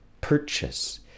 purchase